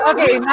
Okay